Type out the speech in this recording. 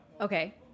Okay